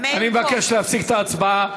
אני מבקש להפסיק את ההצבעה.